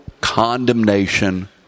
condemnation